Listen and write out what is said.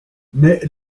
mais